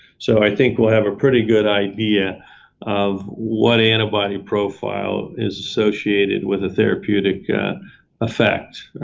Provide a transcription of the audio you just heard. so, i think we'll have a pretty good idea of what antibody profile is associated with a therapeutic effect.